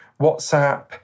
WhatsApp